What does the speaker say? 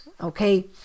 okay